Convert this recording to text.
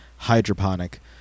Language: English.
hydroponic